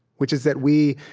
which is that we,